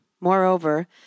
Moreover